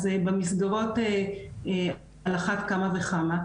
אז במסגרות על אחת כמה וכמה,